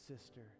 sister